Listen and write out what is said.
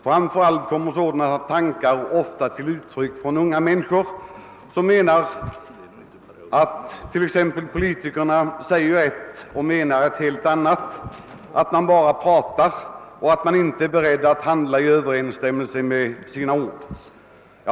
Framför allt kommer sådana tankar ofta till uttryck från unga människor, som gör gällande att politikerna säger ett och menar ett annat, att de bara pratar och inte är beredda att handla i överensstämmelse med sina ord.